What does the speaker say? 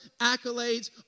accolades